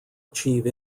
achieve